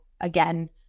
again